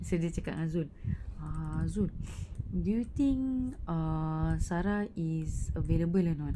so saya cakap dengan zul err zul do you think err sarah is available or not